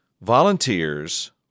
Volunteers